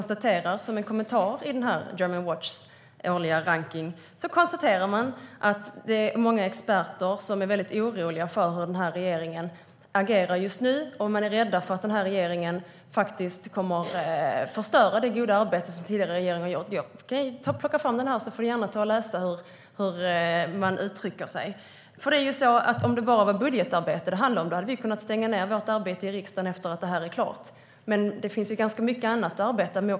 Som en kommentar i Germanwatchs årliga rankning konstaterar man att det är många experter som är väldigt oroliga för hur regeringen agerar just nu. Man är rädd för att regeringen kommer att förstöra det goda arbete som tidigare regering har gjort. Jag kan plocka fram den. Matilda Ernkrans får gärna läsa hur man uttrycker sig. Om det bara var budgetarbete det handlade om hade vi kunnat stänga ned vårt arbete i riksdagen efter att det är klart. Men det finns ganska mycket annat att arbeta med.